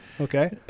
Okay